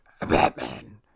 Batman